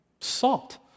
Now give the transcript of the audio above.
salt